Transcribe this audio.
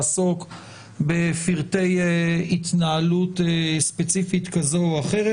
לעסוק בפרטי התנהלות ספציפית כזו או אחרת,